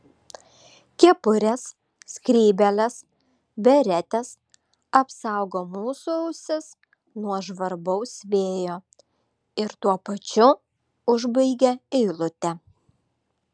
kepurės skrybėlės beretės apsaugo mūsų ausis nuo žvarbaus vėjo ir tuo pačiu užbaigia eilutę